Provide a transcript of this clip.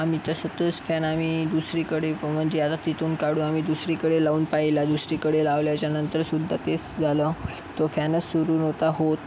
आम्ही तसं तोच फॅन आम्ही दुसरीकडे प म्हणजे आता तिथून काढून आम्ही दुसरीकडे लावून पाहिला दुसरीकडे लावल्याच्यानंतर सुद्धा तेच झालं तो फॅनच सुरु नव्हता होत